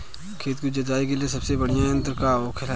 खेत की जुताई के लिए सबसे बढ़ियां यंत्र का होखेला?